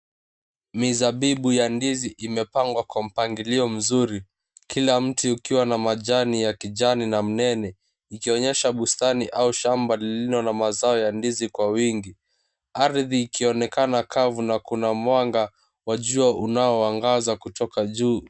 Mizabibu ya ndizi imepangwa kwa mpangilio mzuri. Kila mti ukiwa na majani ya kijani na mnene ikionyesha bustani au shamba lililo na mazao ya ndizi kwa wingi. Ardhi ikionekana kavu na kuna mwanga wa jua unaoangaza kutoka juu.